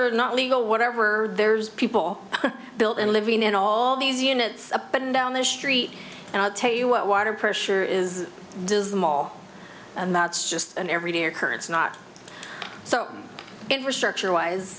or not legal whatever there's people built in living in all these units a button down the street and i'll tell you what water pressure is does the mall and that's just an everyday occurrence not so infrastructure wise